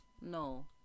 no